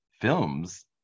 films